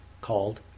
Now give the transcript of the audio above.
called